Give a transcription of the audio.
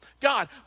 God